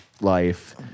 life